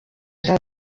jean